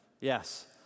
Yes